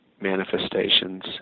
manifestations